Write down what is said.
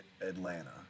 Atlanta